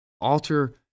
alter